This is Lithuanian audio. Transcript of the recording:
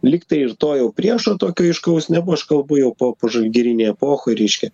lygtai ir to jau priešo tokio aiškaus nebuvo aš kalbu jau po požalgirinėj epochoj reiškia